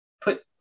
put